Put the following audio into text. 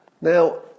Now